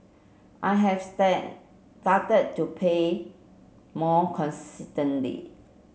I have started to pay more